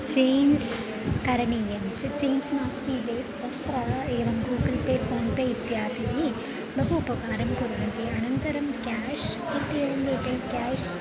change करणीयं च change नास्ति चेत् तत्र एवं गूगल् पे फ़ोन् पे इत्यादीनि बहु उपकारं कुर्वन्ति अनन्तरं केश् इत्येवं रूपेण केश्